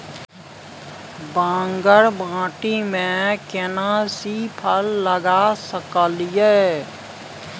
बांगर माटी में केना सी फल लगा सकलिए?